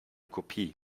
kopie